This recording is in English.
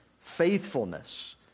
faithfulness